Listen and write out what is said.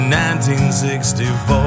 1964